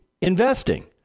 investing